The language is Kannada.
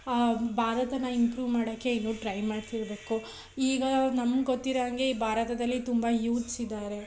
ಭಾರತನ ಇಂಪ್ರೂವ್ ಮಾಡೋಕ್ಕೆ ಇನ್ನೂ ಟ್ರೈ ಮಾಡ್ತಿರಬೇಕು ಈಗ ನಮ್ಗೆ ಗೊತ್ತಿರೋ ಹಂಗೆ ಭಾರತದಲ್ಲಿ ತುಂಬ ಯೂತ್ಸ್ ಇದ್ದಾರೆ